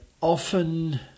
often